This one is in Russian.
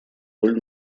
роль